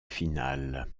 finale